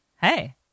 Hey